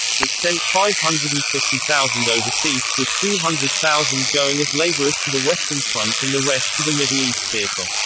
it sent five hundred and fifty thousand overseas, with two hundred thousand going as labourers to the western front and the rest to the middle east theatre.